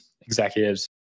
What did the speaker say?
executives